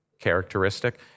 characteristic